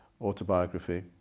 autobiography